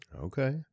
Okay